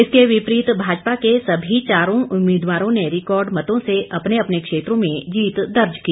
इसके विपरीत भाजपा के सभी चारों उम्मीदवारों ने रिकॉर्ड मतों से अपने अपने क्षेत्रों में जीत दर्ज की